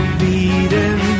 beating